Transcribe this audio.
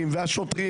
האוטו,